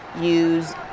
use